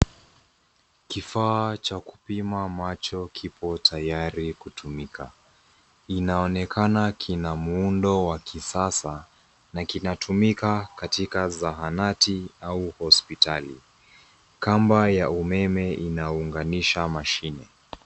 Kifaa cha kupima macho kipo tayari kutumika. Inaonekana kina muundo wa kisasa na kinatumika katika zahanati au hospitali. Kamba ya umeme inaunganisha mashine.